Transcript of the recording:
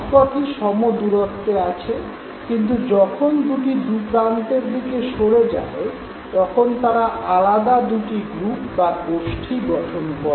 সবক'টি সমদূরত্বে আছে কিন্তু যখন দু'টি দু'প্রান্তের দিকে সরে যায় তখন তারা আলাদা দু'টি গ্রুপ বা গোষ্ঠী গঠন করে